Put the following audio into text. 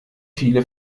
viele